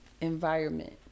environment